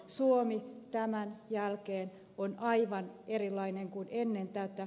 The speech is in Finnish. suomi tämän jälkeen on aivan erilainen kuin ennen tätä